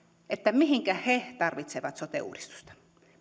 mihinkä he tarvitsevat sote uudistusta